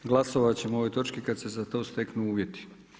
Glasovat ćemo o ovoj točki kad se za to steknu uvjeti.